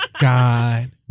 God